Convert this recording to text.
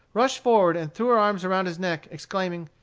rushed forward and threw her arms around his neck, exclaiming,